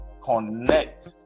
connect